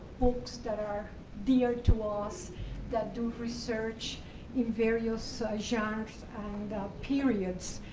books that are dear to us that do research in various genres and periods.